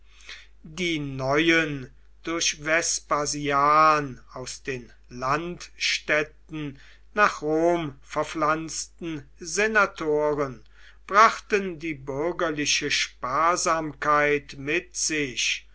die neuen durch vespasian aus den landstädten nach rom verpflanzten senatoren brachten die bürgerliche sparsamkeit mit sich